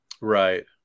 Right